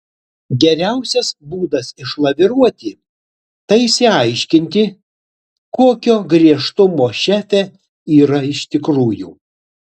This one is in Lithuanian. geriausias būdas išlaviruoti tai išsiaiškinti kokio griežtumo šefė yra iš tikrųjų